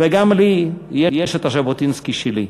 וגם לי יש את ז'בוטינסקי שלי.